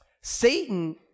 Satan